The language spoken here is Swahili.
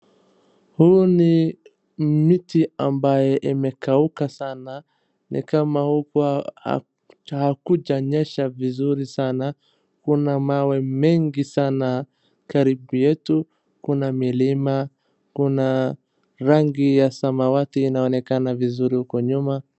Huu ni miti ambaye imekauka sana ni kama huku hakujanyesha vizuri sana. Kuna mawe mengi sana. Karibu yetu kuna milima kuna rangi ya samawati inaonekana vizuri uko nyuma.